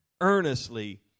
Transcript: earnestly